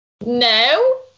no